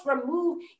remove